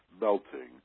melting